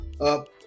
up